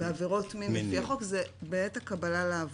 בעבירות מין לפי החוק בעת הקבלה לעבודה.